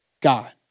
God